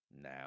now